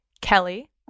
Kelly